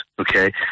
okay